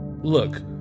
Look